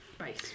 Right